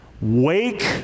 Wake